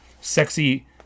sexy